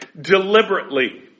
deliberately